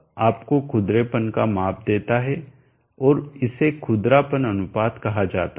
तो यह आपको खुरदरेपन का माप देता है और इसे खुरदरापन अनुपात कहा जाता है